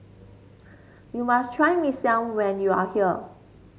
you must try Mee Siam when you are here